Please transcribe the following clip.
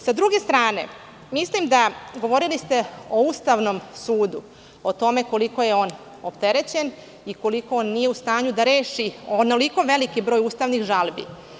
Sa druge strane, govorili ste o Ustavnom sudu, o tome koliko je on opterećen i koliko on nije u stanju da reši onoliko veliki broj ustavnih žalbi.